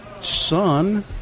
son